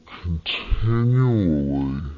continually